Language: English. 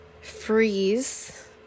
freeze